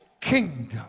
kingdom